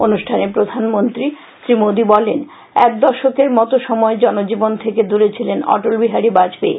অনুষ্ঠানে প্রধানমন্ত্রী শ্রী মোদি বলেন এক দশকের মতো সময় জনজীবন থেকে দূরে ছিলেন অটল বিহারী বাজপেয়ী